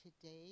today